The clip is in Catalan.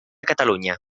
catalunya